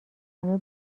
همه